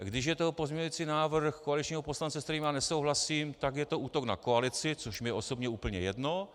Když je to pozměňující návrh koaličního poslance, s kterým nesouhlasím, tak je to útok na koalici, což mě je osobně úplně jedno.